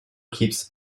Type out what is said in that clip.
keeps